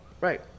Right